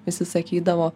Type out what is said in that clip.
visi sakydavo